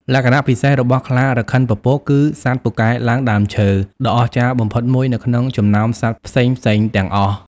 លក្ខណៈពិសេសរបស់ខ្លារខិនពពកគឺជា សត្វពូកែឡើងដើមឈើ ដ៏អស្ចារ្យបំផុតមួយនៅក្នុងចំណោមសត្វផ្សេងៗទាំងអស់។